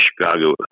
Chicago